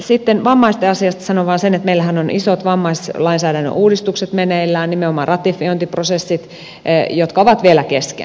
sitten vammaisten asiasta sanon vain sen että meillähän ovat isot vammaislainsäädännön uudistukset meneillään nimenomaan ratifiointiprosessit jotka ovat vielä kesken